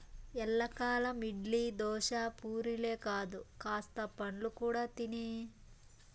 ఎల్లకాలం ఇడ్లీ, దోశ, పూరీలే కాదు కాస్త పండ్లు కూడా తినే